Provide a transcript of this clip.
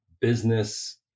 business